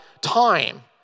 time